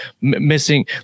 missing